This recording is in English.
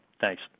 Thanks